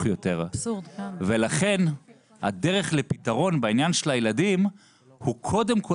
יותר ולכן הדרך לפתרון בעניין של הילדים הוא קודם כל